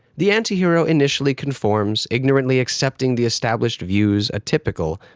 the anti-hero initially conforms, ignorantly accepting the established views, a typical,